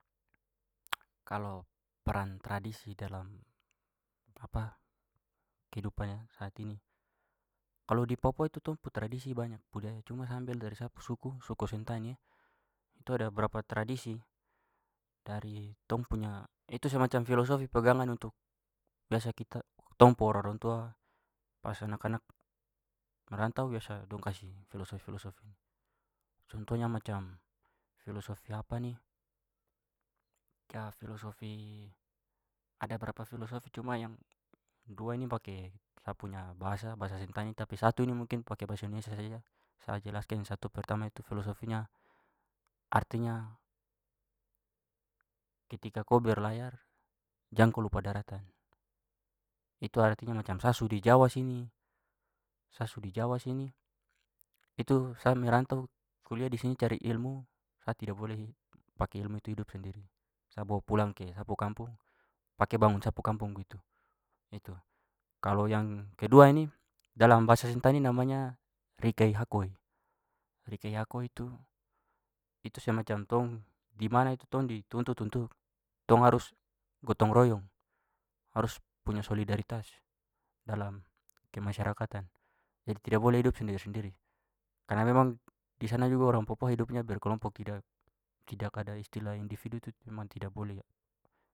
kalo peran tradisi dalam kehidupan ya saat ini, kalo di papua tu tong pu tradisi banyak, budaya, cuma sa ambil dari sa pu suku, suku sentani e, itu ada berapa tradisi dari tong punya itu semacam filosofi pegangan untuk biasa kita- tong pu orang-orang tua pas anak-anak merantau biasa dong kasih filosofi-filosofi. Contohnya macam filosofi kayak filosofi ada berapa filosofi cuma yang dua ini pakai sa punya bahasa- bahasa sentani tapi satu ini mungkin pake bahasa indonesia saja sa jelaskan. Yang satu pertama itu filosofinya artinya ketika ko berlayar jang ko lupa daratan itu artinya macam sa su di jawa sini- sa su di jawa sini itu sa merantau kuliah di sini cari ilmu sa tidak boleh pake ilmu itu hidup sendiri. Sa bawa pulang ke sa pu kampung pake bangun sa pu kampung begitu. Itu. kalau yang kedua ini dalam bahasa sentani namanya rikaehakoi. Rikaehakoi itu- itu semacam tong dimana itu tong dituntut untuk tong harus gotong royong harus punya solidaritas dalam kemasyarakatan. Jadi tidak boleh hidup sendiri-sendiri karena memang di sana juga orang papua hidupnya berkelompok tidak- tidak ada istilah individu itu memang tidak boleh.